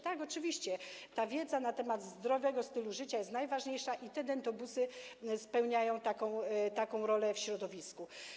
Tak, oczywiście szerzenie wiedzy na temat zdrowego stylu życia jest najważniejsze i te dentobusy spełniają taką rolę w środowisku.